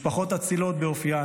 משפחות אצילות באופיין,